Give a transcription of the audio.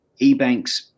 eBanks